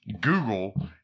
Google